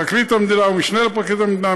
פרקליט המדינה או המשנה לפרקליט המדינה,